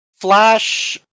flash